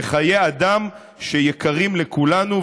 מדובר בחיי אדם שיקרים לכולנו.